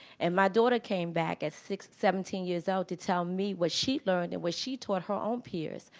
and my daughter came back at seventeen years old to tell me what she learned and what she taught her own peers.